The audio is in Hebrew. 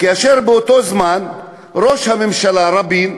כאשר באותו זמן ראש הממשלה רבין,